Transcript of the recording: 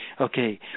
Okay